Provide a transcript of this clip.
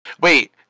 Wait